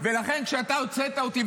ולכן כשהוצאת אותי,